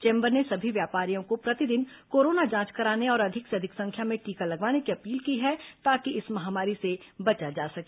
chamber ने सभी व्यापारियों को प्रतिदिन कोरोना जांच कराने और अधिक से अधिक संख्या में टीका लगवाने की अपील की है ताकि इस महामारी से बचा जा सके